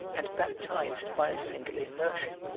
and baptized by a single immersion.